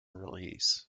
release